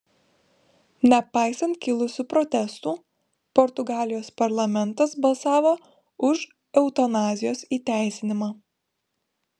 nepaisant kilusių protestų portugalijos parlamentas balsavo už eutanazijos įteisinimą